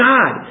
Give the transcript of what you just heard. God